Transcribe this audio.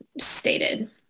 stated